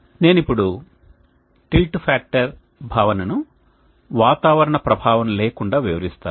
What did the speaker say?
నేను ఇప్పుడు tilt factor భావనను వాతావరణ ప్రభావం లేకుండా వివరిస్తాను